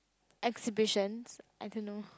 exhibitions I don't know